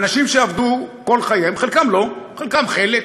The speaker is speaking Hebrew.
אנשים שעבדו כל חייהם, חלקם לא, חלקם חלק,